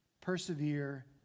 persevere